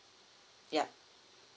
yup